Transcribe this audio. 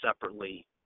separately